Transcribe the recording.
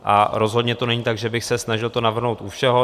A rozhodně to není tak, že bych se snažil to navrhnout u všeho.